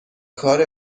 کار